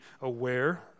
aware